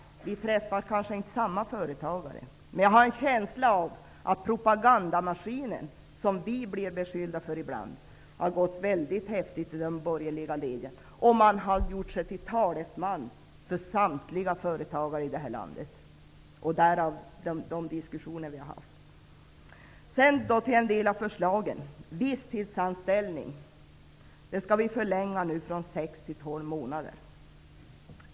Vi träffar kanske inte samma företagare. Men jag har en känsla av att propagandamaskinen -- som vi blir beskyllda för att utnyttja ibland -- har gått väldigt häftigt i de borgerliga leden. Man har gjort sig till talesman för samtliga företagare i detta land, och därför har vi fått de diskussioner som vi har fått. Så till en del av förslagen. Visstidsanställning vid arbetsanhopning skall nu förlängas från sex till tolv månader.